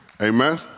Amen